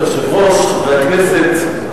חברי הכנסת,